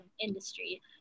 industry